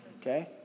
Okay